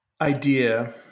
idea